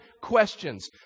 questions